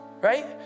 Right